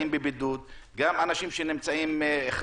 עליהם איכון טלפוני ומי מוודא שהאנשים האלה כבר